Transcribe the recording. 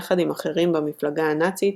יחד עם אחרים במפלגה הנאצית,